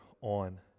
on